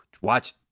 Watch